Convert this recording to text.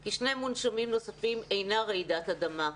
כי שני מונשמים נוספים אינה רעידת אדמה.